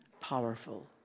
powerful